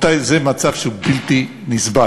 רבותי, זה מצב שהוא בלתי נסבל.